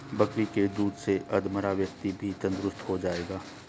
बकरी के दूध से अधमरा व्यक्ति भी तंदुरुस्त हो जाएगा